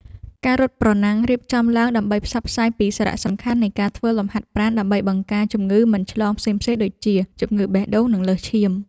ការរត់ប្រណាំងរៀបចំឡើងដើម្បីផ្សព្វផ្សាយពីសារៈសំខាន់នៃការធ្វើលំហាត់ប្រាណដើម្បីបង្ការជំងឺមិនឆ្លងផ្សេងៗដូចជា ជំងឺបេះដូង និងលើសឈាម។